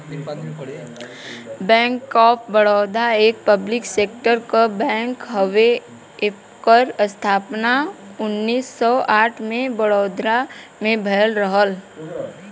bank of Baroda एक public sector क bank हउवे एकर स्थापना उन्नीस सौ आठ में बड़ोदरा में भयल रहल